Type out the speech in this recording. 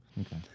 Okay